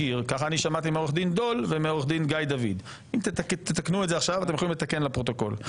סיוע לעובדי מדינה ולנבחרי ציבור בנושאים בריאותיים,